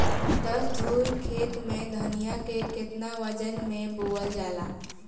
दस धुर खेत में धनिया के केतना वजन मे बोवल जाला?